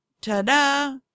ta-da